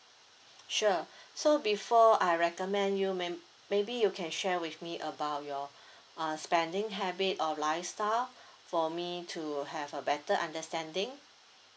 sure so before I recommend you may~ maybe you can share with me about your uh spending habit or lifestyle for me to have a better understanding